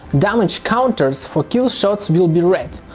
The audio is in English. damage counters for kill shots will be red.